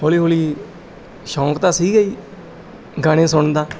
ਹੌਲੀ ਹੌਲੀ ਸ਼ੌਂਕ ਤਾਂ ਸੀਗਾ ਹੀ ਗਾਣੇ ਸੁਣਨ ਦਾ